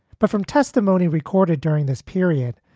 but from testimony recorded during this period,